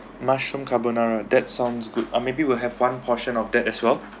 mushroom carbonara that sounds good ah maybe will have one portion of that as well